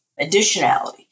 additionality